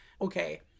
okay